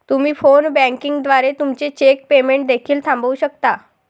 तुम्ही phone banking द्वारे तुमचे चेक पेमेंट देखील थांबवू शकता